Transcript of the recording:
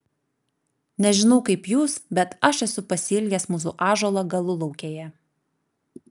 nežinau kaip jūs bet aš esu pasiilgęs mūsų ąžuolo galulaukėje